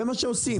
זה מה שהן עושות.